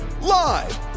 Live